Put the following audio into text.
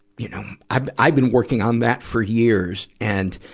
you know, i've, i've been working on that for years. and,